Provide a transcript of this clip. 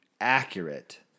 accurate